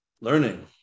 learning